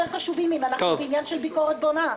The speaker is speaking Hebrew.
חשובים אם אנחנו בעניין של ביקורת בונה.